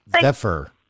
Zephyr